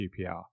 QPR